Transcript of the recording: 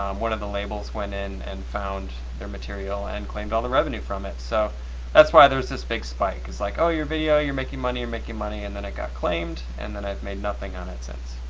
um one of the labels went in and found their material and claimed all the revenue from it so that's why there's this big spike cause like, oh, your video, you're making money, you're making money, and then it got claimed, and then i've made nothing on it since.